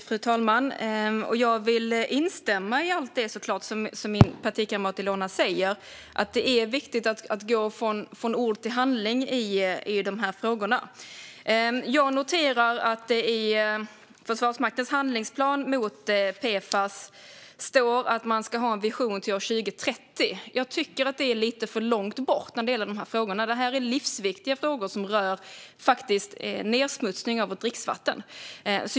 Fru talman! Jag vill såklart instämma i allt det som min partikamrat Ilona Szatmari Waldau säger, att det är viktigt att gå från ord till handling i dessa frågor. Jag noterar att det i Försvarsmaktens handlingsplan mot PFAS står att man ska ha en vision till år 2030. Jag tycker att det är lite för långt bort när det gäller dessa frågor. Detta är livsviktiga frågor som rör nedsmutsning av vårt dricksvatten.